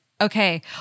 okay